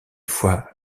fois